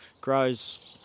grows